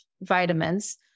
vitamins